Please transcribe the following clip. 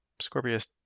scorpius